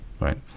right